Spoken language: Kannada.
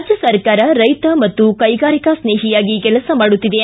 ರಾಜ್ಯ ಸರ್ಕಾರ ರೈತ ಮತ್ತು ಕೈಗಾರಿಕಾ ಸ್ನೇಹಿಯಾಗಿ ಕೆಲಸ ಮಾಡುತ್ತಿದೆ